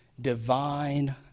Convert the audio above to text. Divine